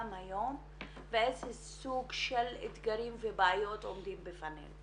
היום ואיזה סוג של אתגרים ובעיות עומדים בפנינו.